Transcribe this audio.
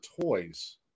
toys